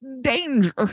danger